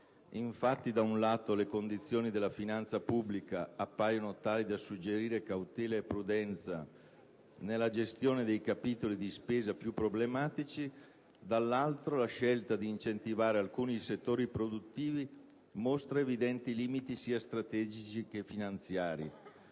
Infatti, da un lato, le condizioni della finanza pubblica appaiono tali da suggerire cautela e prudenza nella gestione dei capitoli di spesa più problematici, dall'altro, la scelta di incentivare alcuni settori produttivi mostra evidenti limiti sia strategici che finanziari.